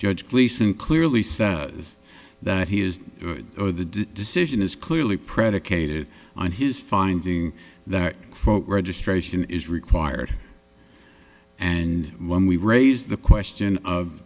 gleason clearly says that he is the decision is clearly predicated on his finding that folk registration is required and when we raise the question of